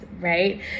right